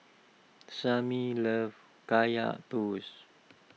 Sammy loves Kaya Toast